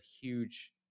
huge